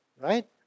right